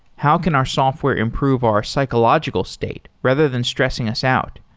how can our software improve our psychological state rather than stressing us out?